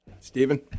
Stephen